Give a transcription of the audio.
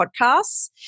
podcasts